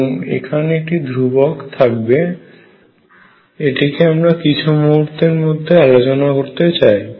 এবং এখানে একটি ধ্রুবক থাকবে এটিকে আমরা কিছু মুহূর্তের মধ্যে আলোচনা করতে চাই